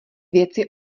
věci